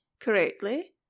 correctly